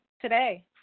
today